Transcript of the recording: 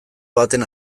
baten